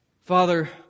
Father